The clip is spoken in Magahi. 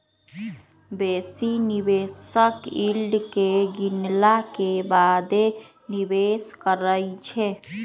बेशी निवेशक यील्ड के गिनला के बादे निवेश करइ छै